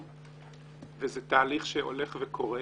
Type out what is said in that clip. וזה תהליך שהולך וקורה,